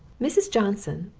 mrs. johnson,